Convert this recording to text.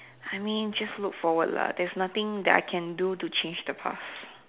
I mean just look forward lah there's nothing that I can do to change the past